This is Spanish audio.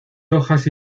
hojas